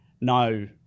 no